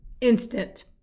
instant